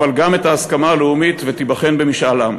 אבל גם את ההסכמה הלאומית, ותיבחן במשאל עם.